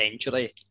century